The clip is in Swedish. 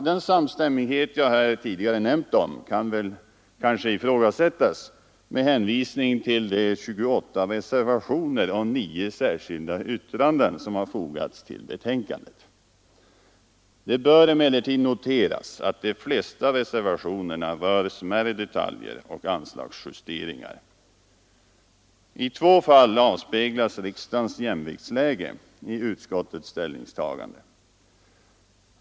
Den samstämmighet jag tidigare nämnt kan kanske ifrågasättas med hänvisning till att 28 reservationer och 9 särskilda yttranden fogats till betänkandet. Det bör emellertid noteras att de flesta reservationerna rör smärre detaljer och anslagsjusteringar. I två fall avspeglas riksdagens jämviktsläge i utskottets ställningstaganden.